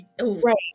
Right